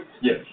Yes